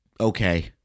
okay